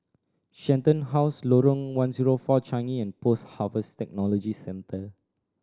Shenton House Lorong One Zero Four Changi and Post Harvest Technology Centre